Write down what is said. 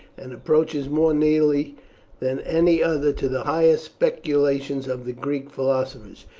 and approaches more nearly than any other to the highest speculations of the greek philosophers.